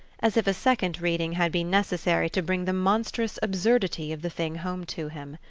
as if a second reading had been necessary to bring the monstrous absurdity of the thing home to him.